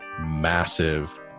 massive